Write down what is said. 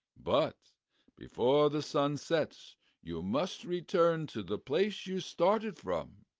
but before the sun sets you must return to the place you started from.